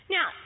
Now